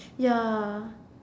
ya